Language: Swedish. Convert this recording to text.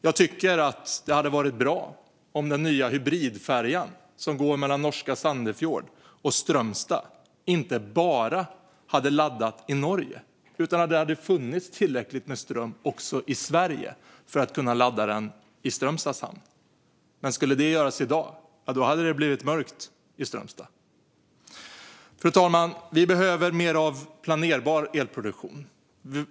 Jag tycker att det hade varit bra om den nya hybridfärja som går mellan norska Sandefjord och Strömstad inte bara hade laddat i Norge och om det hade funnits tillräckligt med ström också i Sverige för att man skulle kunna ladda den i Strömstads hamn. Men skulle det göras i dag hade det blivit mörkt i Strömstad. Fru talman! Vi behöver mer av planerbar elproduktion.